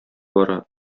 бара